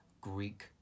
greek